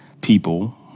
people